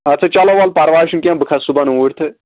اَدٕ سا چلو وَل پَرواے چھُنہٕ کیٚنہہ بہٕ کھَسہٕ صُبحَن اوٗرۍ تہٕ